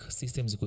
systems